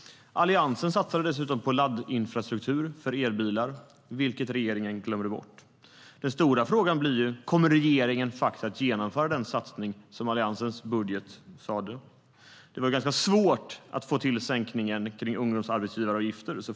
Alliansen satsade dessutom på laddinfrastruktur för elbilar, vilket regeringen glömmer bort. Den stora frågan blir: Kommer regeringen att genomföra den satsning som fanns i Alliansens budget? Det var ganska svårt att få till sänkningen för ungdomsarbetsgivaravgifter.